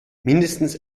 mindestens